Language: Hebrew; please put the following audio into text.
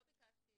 לא הסעיף הזה.